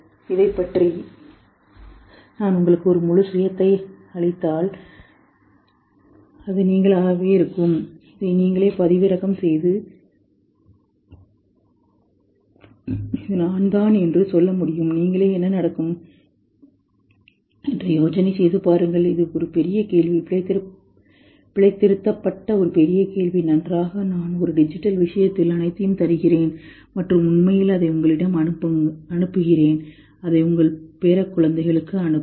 இதைப் பற்றி நான் உங்களுக்கு ஒரு முழு சுயத்தை அளித்தால் அது நீங்களாகவே இருக்கும் இதை நீங்களே பதிவிறக்கம் செய்து இது நான்தான் என்று சொல்ல முடியுமா நீங்களே என்ன நடக்கும் இது ஒரு பெரிய கேள்வி பிழைத்திருத்தப்பட்ட ஒரு பெரிய கேள்வி நன்றாக நான் ஒரு டிஜிட்டல் விஷயத்தில் அனைத்தையும் தருகிறேன் மற்றும் உண்மையில் அதை உங்களிடம் அனுப்புங்கள் அதை உங்கள் பேரக்குழந்தைகளுக்கு அனுப்பலாம்